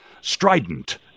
strident